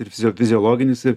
ir fiziologinis ir